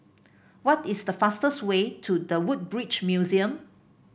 what is the fastest way to The Woodbridge Museum